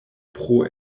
pro